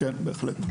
כן, בהחלט.